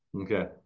Okay